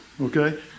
okay